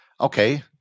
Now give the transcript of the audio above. Okay